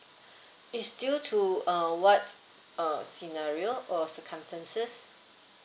it's due to uh what uh scenario or circumstances